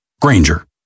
Granger